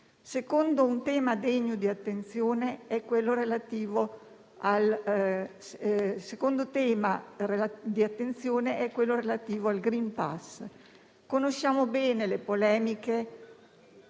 Secondo tema degno di attenzione è quello relativo al *green pass*. Conosciamo bene le polemiche